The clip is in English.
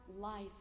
life